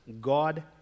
God